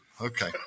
Okay